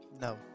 No